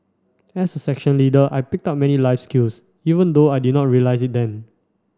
as a section leader I picked up many life skills even though I did not realise it then